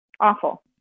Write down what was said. Awful